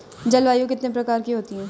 जलवायु कितने प्रकार की होती हैं?